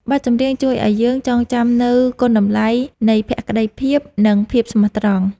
បទចម្រៀងជួយឱ្យយើងចងចាំនូវគុណតម្លៃនៃភក្ដីភាព និងភាពស្មោះត្រង់។